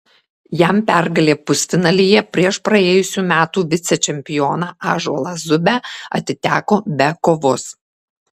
jam pergalė pusfinalyje prieš praėjusių metų vicečempioną ąžuolą zubę atiteko be kovos